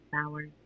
Hours